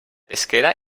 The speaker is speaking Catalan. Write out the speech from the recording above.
pesquera